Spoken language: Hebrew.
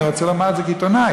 ואני רוצה לומר את זה כעיתונאי,